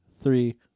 three